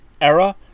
era